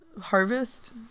harvest